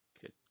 Good